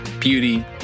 beauty